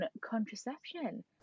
contraception